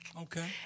Okay